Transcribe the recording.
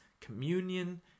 communion